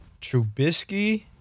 Trubisky